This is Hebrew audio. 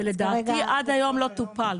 עד היום לא טופל.